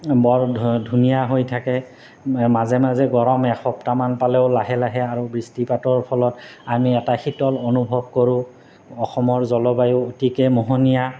বৰ ধুনীয়া হৈ থাকে মাজে মাজে গৰম এসপ্তাহমান পালেও লাহে লাহে আৰু বৃষ্টিপাতৰ ফলত আমি এটা শীতল অনুভৱ কৰোঁ অসমৰ জলবায়ু অতিকৈ মোহনীয়া